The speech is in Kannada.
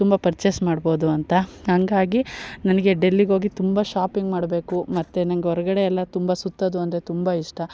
ತುಂಬ ಪರ್ಚೆಸ್ ಮಾಡ್ಬೋದು ಅಂತ ಹಂಗಾಗಿ ನನಗೆ ಡೆಲ್ಲಿಗೋಗಿ ತುಂಬ ಶಾಪಿಂಗ್ ಮಾಡಬೇಕು ಮತ್ತು ನಂಗೆ ಹೊರ್ಗಡೆ ಎಲ್ಲ ತುಂಬ ಸುತ್ತೋದು ಅಂದರೆ ತುಂಬ ಇಷ್ಟ